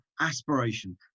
aspiration